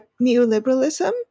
neoliberalism